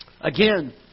Again